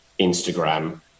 Instagram